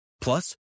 Plus